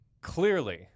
clearly